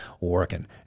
working